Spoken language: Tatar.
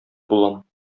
булам